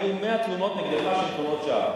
יהיו 100 תלונות נגדך שהן תלונות שווא.